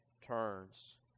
turns